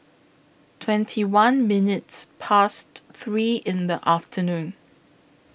twenty one minutes Past three in The afternoon